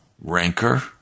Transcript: rancor